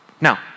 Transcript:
Now